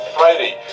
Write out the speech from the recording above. Friday